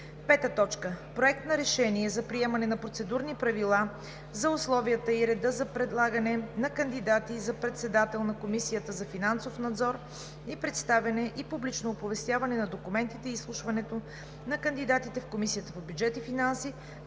2019 г. 5. Проект на решение за приемане на Процедурни правила за условията и реда за предлагане на кандидати за председател на Комисията за финансов надзор и представяне и публично оповестяване на документите и изслушването на кандидатите в Комисията по бюджет и финанси,